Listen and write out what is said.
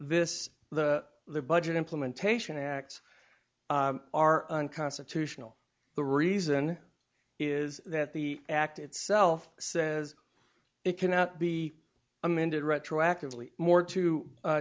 this the the budget implementation acts are unconstitutional the reason is that the act itself says it cannot be amended retroactively more to